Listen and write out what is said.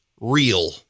real